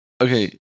Okay